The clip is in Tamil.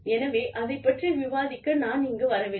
எனவே அதைப் பற்றி விவாதிக்க நான் இங்கு வரவில்லை